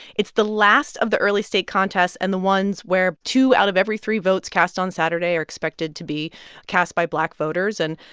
it's the last of the early state contests and the ones where two out of every three votes cast on saturday are expected to be cast by black voters. and,